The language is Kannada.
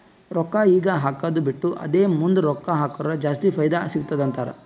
ರೊಕ್ಕಾ ಈಗ ಹಾಕ್ಕದು ಬಿಟ್ಟು ಅದೇ ಮುಂದ್ ರೊಕ್ಕಾ ಹಕುರ್ ಜಾಸ್ತಿ ಫೈದಾ ಸಿಗತ್ತುದ ಅಂತಾರ್